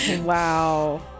wow